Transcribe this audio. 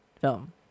film